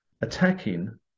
attacking